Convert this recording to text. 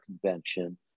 Convention